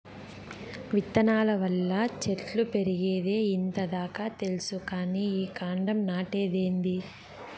విత్తనాల వల్ల చెట్లు పెరిగేదే ఇంత దాకా తెల్సు కానీ ఈ కాండం నాటేదేందీ